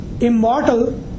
immortal